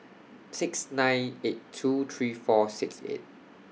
six nine eight two three four six eight